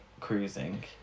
cruising